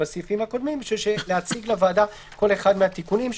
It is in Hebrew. בסעיפים הקודמים בשביל שנציג לוועדה כל אחד מהתיקונים.